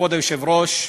כבוד היושב-ראש,